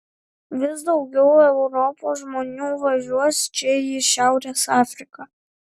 vis daugiau europos žmonių važiuos čia į šiaurės afriką